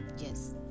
Yes